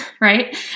right